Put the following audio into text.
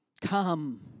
Come